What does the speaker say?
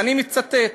ואני מצטט: